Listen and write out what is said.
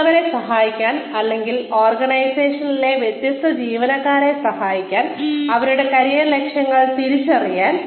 മറ്റുള്ളവരെ സഹായിക്കാൻ അല്ലെങ്കിൽ ഓർഗനൈസേഷനിലെ വ്യത്യസ്ത ജീവനക്കാരെ സഹായിക്കാൻ അവരുടെ കരിയർ ലക്ഷ്യങ്ങൾ തിരിച്ചറിയാൻ